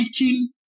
weaken